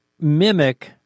mimic